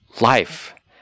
life